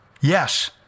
Yes